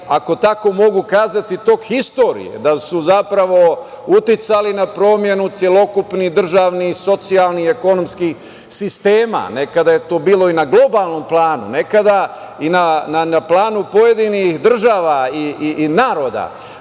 ako tako mogu kazati, tok istorije, da su, zapravo, uticali na promenu celokupnih državnih, socijalnih, ekonomskih sistema. Nekada je to bilo i na globalnom planu, nekada i na planu pojedinih država i naroda. Dakle,